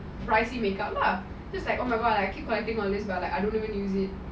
pricey makeup lah just like oh my god I keep collecting all this but like I don't even use it